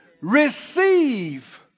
receive